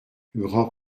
grand